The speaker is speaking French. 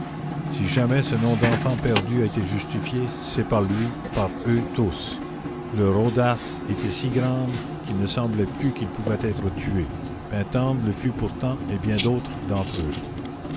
si jamais ce nom d'enfants perdus a été justifié c'est par lui par eux tous leur audace était si grande qu'il ne semblait plus qu'ils pouvaient être tués paintendre le fut pourtant et bien d'autres d'entre eux